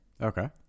Okay